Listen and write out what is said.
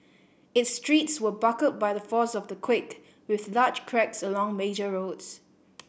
its streets were buckled by the force of the quake with large cracks along major roads